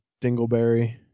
dingleberry